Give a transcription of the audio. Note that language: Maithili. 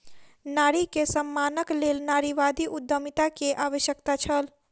नारी के सम्मानक लेल नारीवादी उद्यमिता के आवश्यकता छल